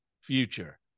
future